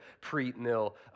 pre-mill